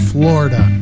Florida